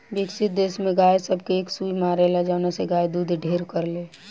विकसित देश में गाय सब के एक सुई मारेला जवना से गाय दूध ढेर करले